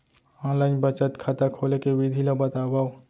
Online बचत खाता खोले के विधि ला बतावव?